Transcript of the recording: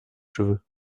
cheveux